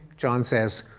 john says,